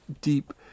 deep